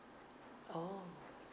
oh